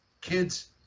kids